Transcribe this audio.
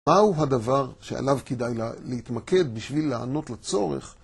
מהו הדבר שעליו כדאי להתמקד בשביל לענות לצורך?